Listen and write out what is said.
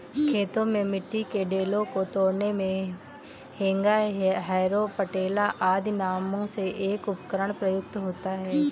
खेतों में मिट्टी के ढेलों को तोड़ने मे हेंगा, हैरो, पटेला आदि नामों से एक उपकरण प्रयुक्त होता है